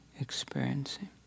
experiencing